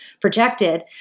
projected